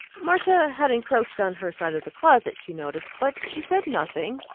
marcia had encroached on her side of the closet, she noticed, but she said nothing,